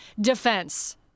defense